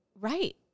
Right